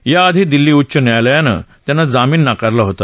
याआधी दिल्ली उच्च न्यायालयानं त्यांना जामीन नकारला होता